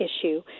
issue